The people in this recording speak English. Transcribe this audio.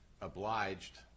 obliged